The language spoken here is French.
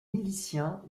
miliciens